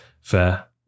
Fair